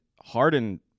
Harden